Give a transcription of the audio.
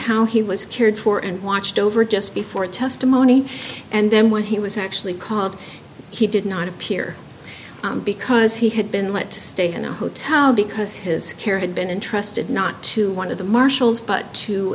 how he was cared for and watched over just before testimony and then when he was actually called he did not appear because he had been let to stay in a hotel because his care had been entrusted not to one of the marshals but to